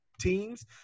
teams